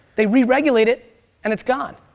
they re regulate it and it's gone.